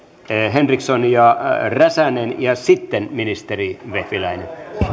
henriksson ja räsänen ja sitten ministeri vehviläinen